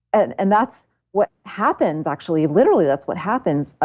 and and that's what happens actually. literally, that's what happens.